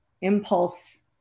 impulse